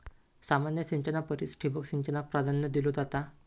सामान्य सिंचना परिस ठिबक सिंचनाक प्राधान्य दिलो जाता